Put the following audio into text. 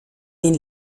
den